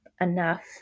enough